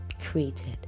created